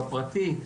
בפרטי,